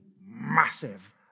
massive